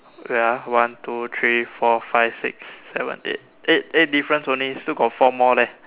wait ah one two three four five six seven eight eight difference only still got four more leh